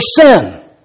sin